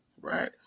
Right